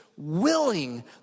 Willing